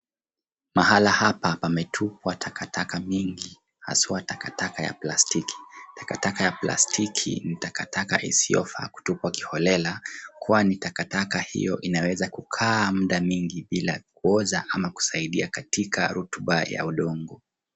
Mahala hapa pametupwa takataka mingi, haswaa takataka ya plastiki. Takataka ya plastiki ni takataka isiyofaa kutupwa kiholela kwani takataka hiyo inaweza kukaa muda mingi bila kuoza ama kusaidia katika rotuba ya udongo.